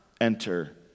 enter